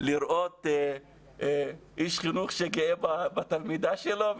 לראות איש חינוך שגאה בתלמידה שלו,